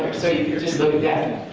so you just look at that.